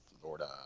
Florida